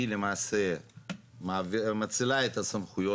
שהיא למעשה מאצילה את הסמכויות,